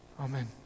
Amen